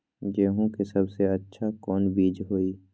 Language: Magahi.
गेंहू के सबसे अच्छा कौन बीज होई?